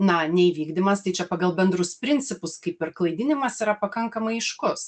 na neįvykdymas tai čia pagal bendrus principus kaip ir klaidinimas yra pakankamai aiškus